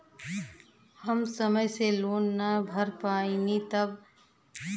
हम समय से लोन ना भर पईनी तब?